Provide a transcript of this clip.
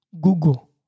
Google